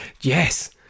Yes